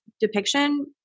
depiction